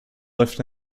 lifted